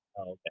Okay